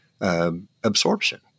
absorption